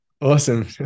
Awesome